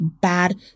bad